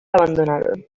abandonaron